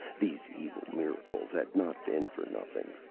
these evil miracles had not been for nothing.